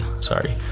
Sorry